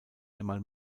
einmal